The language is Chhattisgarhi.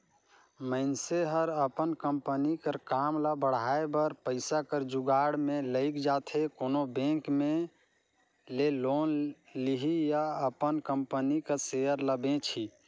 मइनसे हर अपन कंपनी कर काम ल बढ़ाए बर पइसा कर जुगाड़ में लइग जाथे कोनो बेंक ले लोन लिही या अपन कंपनी कर सेयर ल बेंचही